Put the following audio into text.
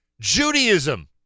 Judaism